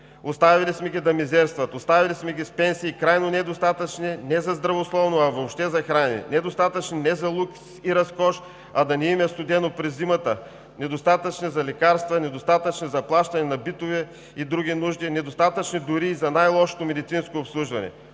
Оставили сме ги да мизерстват. Оставили сме ги с пенсии, крайно недостатъчни не за здравословно, а въобще за хранене, недостатъчни не за лукс и разкош, а да не им е студено през зимата, недостатъчни за лекарства, недостатъчни за плащане на битови и други нужди, недостатъчни дори и за най-лошото медицинско обслужване.